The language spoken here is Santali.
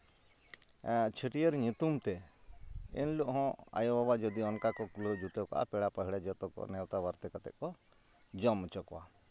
ᱪᱷᱟᱹᱴᱭᱟᱹᱨ ᱧᱩᱛᱩᱢ ᱛᱮ ᱮᱱ ᱦᱤᱞᱳᱜ ᱦᱚᱸ ᱡᱩᱫᱤ ᱟᱭᱳᱼᱵᱟᱵᱟ ᱚᱱᱠᱟ ᱠᱚ ᱠᱩᱞᱟᱹᱣ ᱡᱩᱴᱟᱹᱣ ᱠᱟᱜᱼᱟ ᱯᱮᱲᱟᱼᱯᱟᱺᱦᱲᱟᱹ ᱡᱚᱛᱚ ᱠᱚ ᱱᱮᱣᱛᱟ ᱵᱟᱨᱛᱮ ᱠᱟᱛᱮ ᱠᱚ ᱡᱚᱢ ᱦᱚᱪᱚ ᱠᱚᱣᱟ